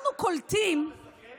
מה קורה עם הזמן?